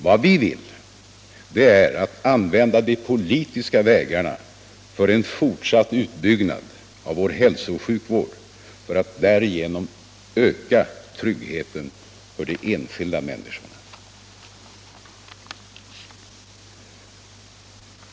Vad vi vill är att använda de politiska vägarna för en fortsatt utbyggnad av hälsooch sjukvården för att därigenom öka tryggheten för de enskilda människorna.